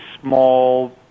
small